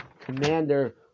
Commander